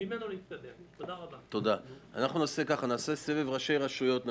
אני ראש מועצת שלומי